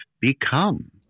become